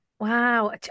wow